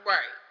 Right